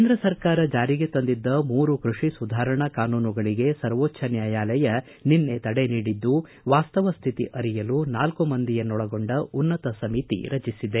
ಕೇಂದ್ರ ಸರ್ಕಾರ ಜಾರಿಗೆ ತಂದಿದ್ದ ಮೂರು ಕೃಷಿ ಸುಧಾರಣಾ ಕಾನೂನುಗಳಿಗೆ ಸರ್ವೋಚ್ಚ ನ್ಯಾಯಾಲಯ ನಿನ್ನೆ ತಡೆ ನೀಡಿದ್ದು ವಾಸ್ತವ ಸ್ಥಿತಿ ಅರಿಯಲು ನಾಲ್ಕು ಮಂದಿಯನ್ನೊಳಗೊಂಡ ಉನ್ನತ ಸಮಿತಿ ರಚಿಸಿದೆ